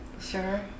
sure